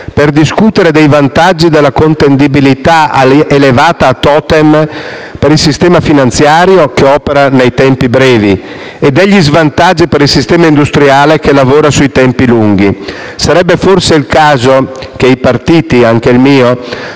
per discutere dei vantaggi della contendibilità elevata a *totem* per il sistema finanziario, che opera nei tempi brevi, e degli svantaggi per il sistema industriale, che lavora sui tempi lunghi. Sarebbe forse il caso che i partiti - e anche il mio